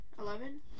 eleven